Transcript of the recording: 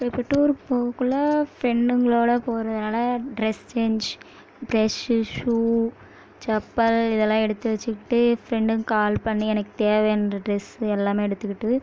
இப்போ டூரு போகக்குள்ளே ஃப்ரெண்டுங்களோடு போகிறதுனால dress change brush shoe chappal இதெல்லாம் எடுத்து வெச்சுக்கிட்டு ஃப்ரெண்டுங்க கால் பண்ணி எனக்கு தேவையான டிரெ டிரெஸ்ஸு எல்லாமே எடுத்துக்கிட்டு